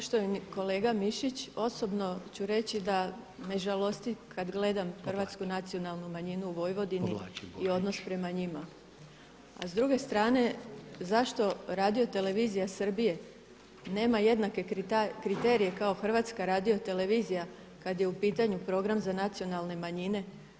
Poštovani kolega Mišić, osobno ću reć8i da me žalosti kad gledam hrvatsku nacionalnu manjinu u Vojvodini i odnos prema njima, a s druge strane zašto Radiotelevizija Srbije nema jednake kriterije kao Hrvatska radiotelevizija kad je u pitanju program za nacionalne manjine.